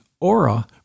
aura